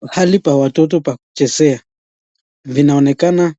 Pahali pa watoto kuchezea. Linaonekana